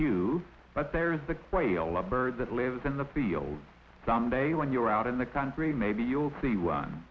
you but there is the whale of a bird that lives in the fields someday when you're out in the country maybe you'll see one